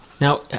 Now